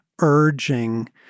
urging